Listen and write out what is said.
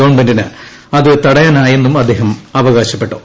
ഗവൺമെന്റിന് അത് തടയാനായെന്നും അദ്ദേഹം അവകാശപ്പെട്ടു